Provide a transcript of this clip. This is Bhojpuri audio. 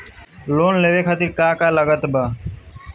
लोन लेवे खातिर का का लागत ब?